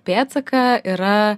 pėdsaką yra